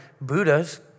Buddhas